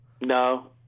No